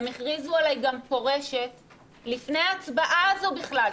הם הכריזו עליי כפורשת לפני ההצבעה הזו בכלל,